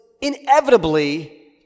inevitably